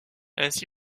ainsi